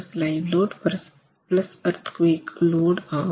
75 DL LL EL ஆகும்